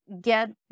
get